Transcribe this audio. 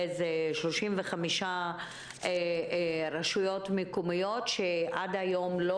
יש 35 רשויות מקומיות שעד היום לא